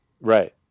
Right